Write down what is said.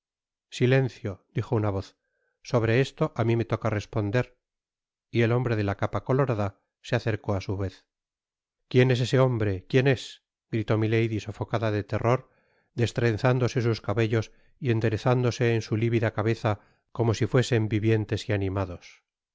silencio dijo una voz sobre esto á mi me toca responder y et hombre de la capa colorada se acercó á su vez quién es ese hombre quién es gritó milady sofocada de terror destrenzándose sus cabellos y enderezándose en su livida cabeza como si fuesen vivientes y animados